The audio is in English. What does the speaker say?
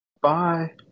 Bye